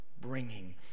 bringing